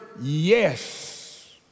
yes